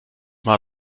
mal